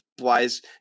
wise